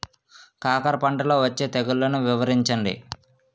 కాకర పంటలో వచ్చే తెగుళ్లను వివరించండి?